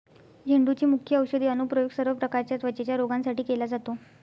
झेंडूचे मुख्य औषधी अनुप्रयोग सर्व प्रकारच्या त्वचेच्या रोगांसाठी केला जातो